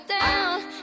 down